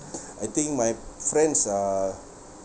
I think my friends are